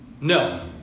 No